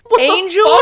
Angel